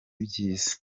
byiza